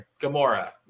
Gamora